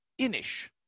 Inish